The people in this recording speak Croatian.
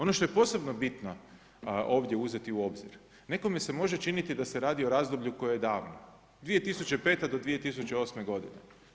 Ono što je posebno bitno ovdje uzeti u obzir, nekome se može činiti da se radi o razdoblju koje je davno, 2005. do 2008. godine.